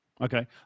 Okay